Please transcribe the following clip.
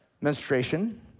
Menstruation